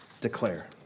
declare